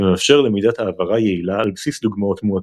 ומאפשר למידת העברה יעילה על בסיס דוגמאות מועטות.